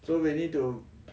so we need to